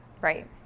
Right